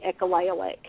echolalic